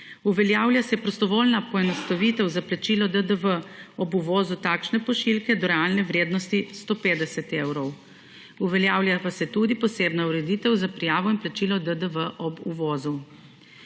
uveljavlja se prostovoljna poenostavitev za plačilo DDV ob uvozu takšne pošiljke do realne vrednosti 150 evrov, uveljavlja pa se tudi posebna ureditev za prijavo in plačilo DDV ob uvozu.